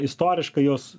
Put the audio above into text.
istoriškai jos